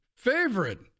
Favorite